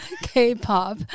K-pop